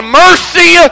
mercy